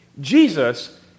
Jesus